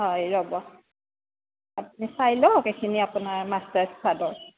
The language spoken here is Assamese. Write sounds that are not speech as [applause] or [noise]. হয় ৰ'ব আপুনি চাই লওক এইখিনি আপোনাৰ [unintelligible] চাদৰ